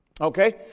Okay